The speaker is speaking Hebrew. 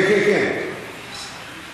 כן, כן, כן.